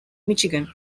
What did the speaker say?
michigan